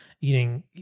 eating